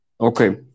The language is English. Okay